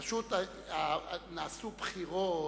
פשוט נעשו בחירות